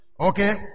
Okay